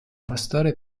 pastore